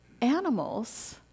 animals